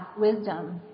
wisdom